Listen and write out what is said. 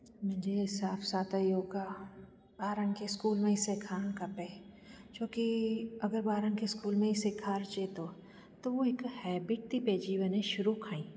मुंहिंजे हिसाब सां त योगा ॿारनि खे इस्कूल में ई सेखारणु खपे छो कि अगरि ॿारनि खे इस्कूल में ई सेखारिजे थो त हो हिकु हैबिट थी पइजी वञे शुरू खां ई